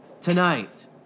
tonight